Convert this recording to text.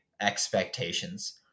expectations